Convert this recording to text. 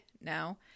now